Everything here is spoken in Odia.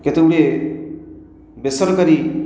କେତେ ଗୁଡ଼ିଏ ବେସରକାରୀ